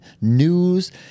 news